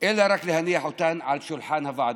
רק להניח אותן על שולחן הוועדות.